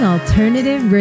Alternative